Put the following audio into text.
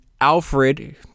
Alfred